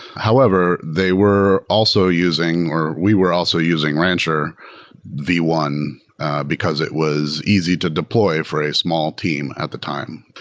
however, they were also using or we were also using rancher v one because it was easy to deploy for a small team at the time.